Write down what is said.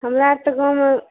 हमरा तऽ गाँवमे